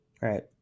Right